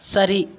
சரி